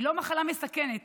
היא לא מחלה מסכנת,